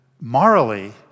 morally